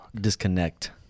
disconnect